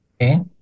Okay